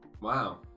wow